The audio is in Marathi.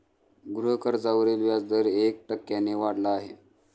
गृहकर्जावरील व्याजदर एक टक्क्याने वाढला आहे